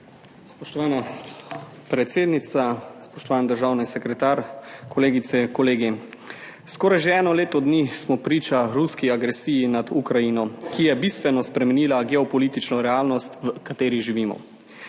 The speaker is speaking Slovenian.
Spoštovana predsednica, spoštovani državni sekretar, kolegice in kolegi! Skoraj že eno leto dni smo priča ruski agresiji nad Ukrajino, ki je bistveno spremenila geopolitično realnost, v kateri živimo.